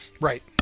Right